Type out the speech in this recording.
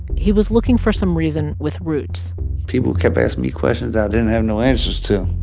he was looking for some reason with roots people kept asking me questions that i didn't have no answers to,